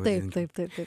taip taip taip taip